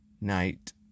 night